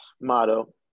motto